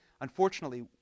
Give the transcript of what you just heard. unfortunately